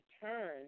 turn